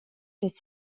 des